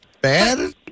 bad